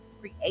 create